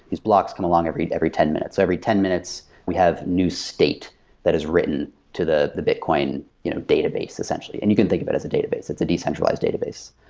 these blocks come along every every ten minutes. every ten minutes, we have new state that is written to the the bitcoin you know database essentially. and you can think of it as a database. it's a decentralized database.